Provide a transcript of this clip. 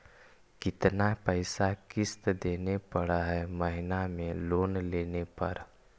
कितना पैसा किस्त देने पड़ है महीना में लोन लेने पर?